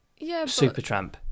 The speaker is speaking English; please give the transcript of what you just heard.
Supertramp